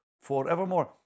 forevermore